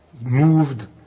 moved